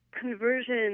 conversion